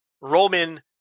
Roman